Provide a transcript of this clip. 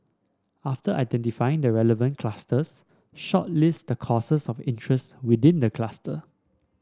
after identifying the relevant clusters shortlist the courses of interest within the cluster